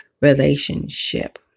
relationship